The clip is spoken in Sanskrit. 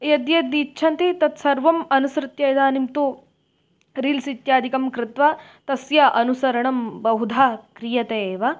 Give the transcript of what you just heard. यद्यत् इच्छन्ति तत्सर्वम् अनुसृत्य इदानीं तु रील्स् इत्यादिकं कृत्वा तस्य अनुसरणं बहुधा क्रियते एव